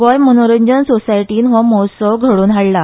गोंय मनोरंजन सोसायटीन हो महोत्सव घडोवन हाडला